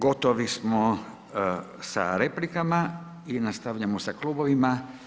Gotovi smo sa replikama i nastavljamo sa klubovima.